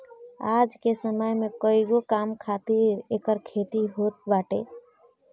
आज के समय में कईगो काम खातिर एकर खेती होत बाटे